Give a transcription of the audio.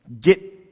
Get